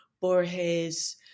Borges